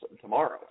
tomorrow